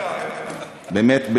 באמת,